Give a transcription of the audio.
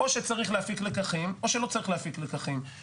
או שצריך להפיק לקחים או שלא צריך להפיק לקחים.